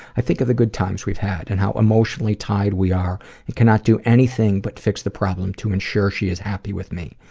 i think of the good times we've had and how emotionally tied we are and cannot do anything but fix the problem to ensure she is happy with me.